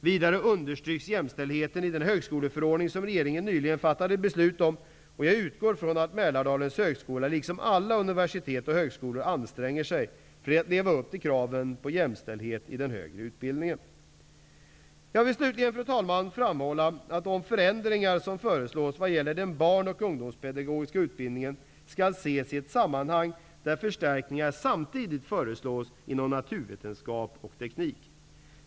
Vidare understryks jämställdheten i den högskoleförordning som regeringen nyligen fattat beslut om, och jag utgår från att Mälardalens högskola liksom alla universitet och högskolor anstränger sig för att leva upp till kraven på jämställdhet i den högre utbildningen. Jag vill slutligen framhålla att de förändringar som föreslås i vad gäller den barn och ungdomspedagogiska utbildningen skall ses i ett sammanhang där förstärkningar samtidigt föreslås inom naturvetenskap och teknik.